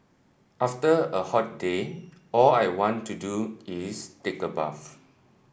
after a hot day all I want to do is take a bath